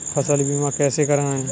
फसल बीमा कैसे कराएँ?